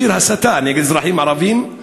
שיר הסתה נגד אזרחים ערבים.